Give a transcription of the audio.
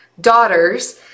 daughters